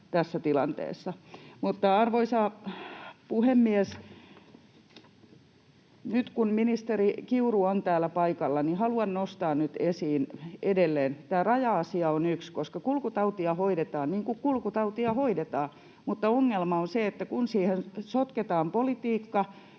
tässä tilanteessa. Arvoisa puhemies! Nyt kun ministeri Kiuru on täällä paikalla, haluan nostaa esiin edelleen, että tämä raja-asia on yksi, koska kulkutautia hoidetaan niin kuin kulkutautia hoidetaan, mutta ongelma on se, että kun siihen sotketaan politiikka